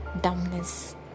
dumbness